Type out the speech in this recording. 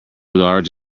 large